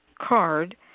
card